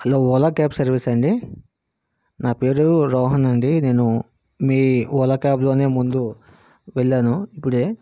hello Ola cab సర్వీసా అండి నా పేరు రోహన్ అండి నేను మీ ఓలా క్యాబ్లోనే ముందు వెళ్ళాను ఇప్పుడే